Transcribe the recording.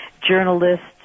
journalists